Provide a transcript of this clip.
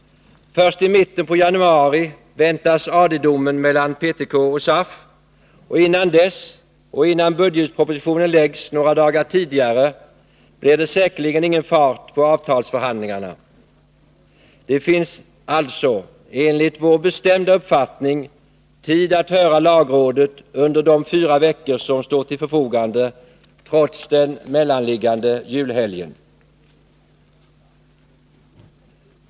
Först i mitten av januari väntas AD-domen när det gäller PTK och SAF, och innan dess och innan budgetpropositionen läggs fram några dagar tidigare blir det säkerligen ingen fart på avtalsförhandlingarna. Det finns alltså, enligt vår bestämda uppfattning, tid att höra lagrådet under de fyra veckor som står till förfogande, trots mellanliggande julhelg.